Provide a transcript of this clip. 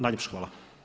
Najljepša hvala.